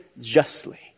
justly